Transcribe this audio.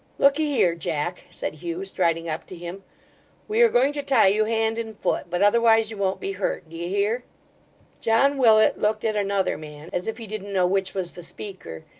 look'ee here, jack said hugh, striding up to him we are going to tie you, hand and foot, but otherwise you won't be hurt. d'ye hear john willet looked at another man, as if he didn't know which was the speaker,